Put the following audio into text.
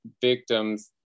victims